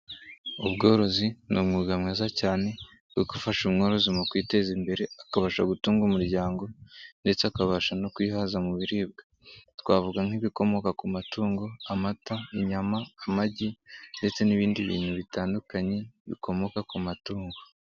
Ubworozi ni umwuga mwiza cyane kuko ufasha umworozi mu kwiteza imbere, akabasha gutunga umuryango ndetse akabasha no kwihaza mu biribwa. Twavuga nk'ibikomoka ku matungo, amata, inyama, amagi ndetse n'ibindi bintu bitandukanye, bikomoka ku matungo.